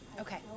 Okay